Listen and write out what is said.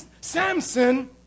Samson